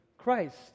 Christ